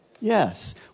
Yes